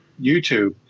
youtube